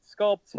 sculpt